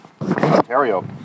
Ontario